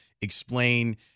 explain